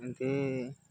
ଏମିତି